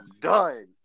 done